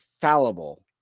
fallible